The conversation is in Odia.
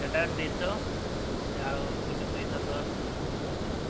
ସେଟା ଦୁଇଶହ ଆଉ ଗୋଟିଏ ଦୁଇଶହ ଦଶ ଅଛି